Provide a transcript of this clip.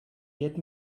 get